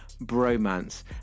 bromance